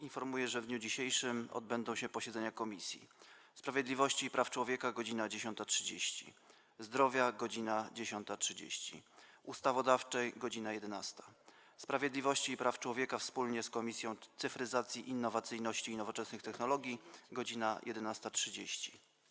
Informuję, że w dniu dzisiejszym odbędą się posiedzenia Komisji: - Sprawiedliwości i Praw Człowieka - godz. 10.30, - Zdrowia - godz. 10.30, - Ustawodawczej - godz. 11, - Sprawiedliwości i Praw Człowieka wspólnie z Komisją Cyfryzacji, Innowacyjności i Nowoczesnych Technologii - godz. 11.30.